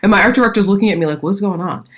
ah my art director's looking at me like, what's going on?